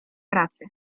pracy